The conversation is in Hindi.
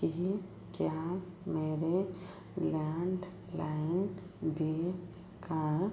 कि क्या मेरे लैंडलाइन बिल का